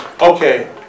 okay